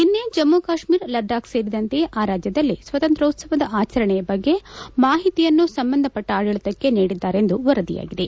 ನಿನ್ನೆ ಜಮ್ಮ ಕಾಶ್ಮೀರ್ ಲಡಾಕ್ ಸೇರಿದಂತೆ ಆ ರಾಜ್ಯದಲ್ಲಿ ಸ್ವಾತಂತ್ರ್ಯೋತ್ಲವದ ಆಚರಣೆಯ ಬಗ್ಗೆ ಮಾಹಿತಿಯನ್ನು ಸಂಬಂಧಪಟ್ಟ ಆಡಳಿತಕ್ಕೆ ನೀಡಿದ್ದಾರೆ ಎಂದು ವರದಿಯಾಗಿದೆ